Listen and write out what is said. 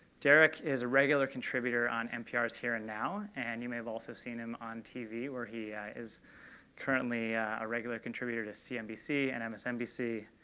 derek is a regular contributor on npr's here and now. and you may have also seen him on tv where he is currently a regular contributor to cnbc and um msnbc.